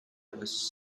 was